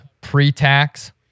pre-tax